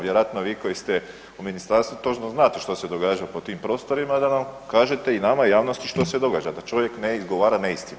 Vjerojatno vi koji ste u ministarstvu točno znate što se događa po tim prostorima da nam kažete i nama i javnosti što se događa da čovjek ne izgovara neistinu.